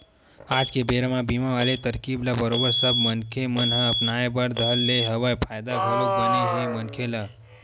आज के बेरा म बीमा वाले तरकीब ल बरोबर सब मनखे मन ह अपनाय बर धर ले हवय फायदा घलोक बने हे मनखे ल